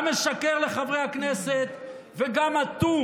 גם משקר לחברי הכנסת וגם אטום.